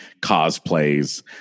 cosplays